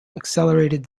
accelerated